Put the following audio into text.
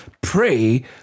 Pray